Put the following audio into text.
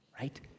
right